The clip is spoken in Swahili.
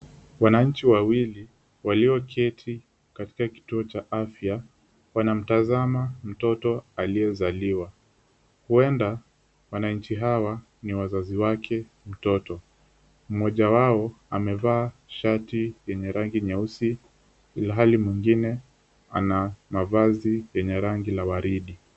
Wananchi wawili walioketi katika kituo cha afya wanamtazama mtoto aliyezaliwa. Huenda wananchi hawa ni wazazi wake mtoto. Mmoja wao amevaa shati yenye rangi nyeusi ilhali mwingine ana mavazi lenye rangi ya waridi.